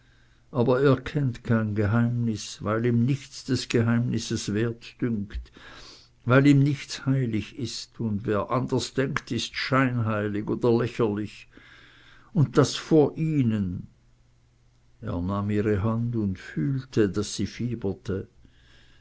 aber er kennt kein geheimnis weil ihm nichts des geheimnisses wert dünkt weil ihm nichts heilig ist und wer anders denkt ist scheinheilig oder lächerlich und das vor ihnen er nahm ihre hand und fühlte daß sie fieberte